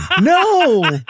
No